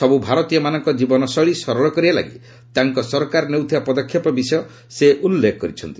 ସବୁ ଭାରତୀୟମାନଙ୍କର ଜୀବନଶୈଳୀ ସରଳ କରିବା ଲାଗି ତାଙ୍କ ସରକାର ନେଉଥିବା ପଦକ୍ଷେପ ବିଷୟ ସେ ଉଲ୍ଲେଖ କରିଛନ୍ତି